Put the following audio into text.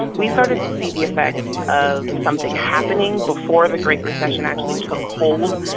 we started to see the effects of something happening before the great recession actually took hold.